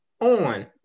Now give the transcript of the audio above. on